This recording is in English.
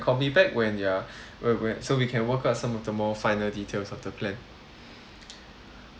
call me back when you are when when so we can work or some of the more final details of the plan